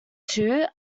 two